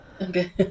Okay